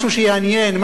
משהו שיעניין,